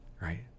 right